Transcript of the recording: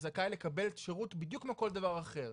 זכאי לקבל שירות בדיוק כמו כל דבר אחר.